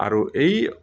আৰু এই